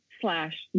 slash